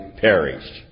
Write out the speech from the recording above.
perished